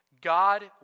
God